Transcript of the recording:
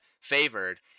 favored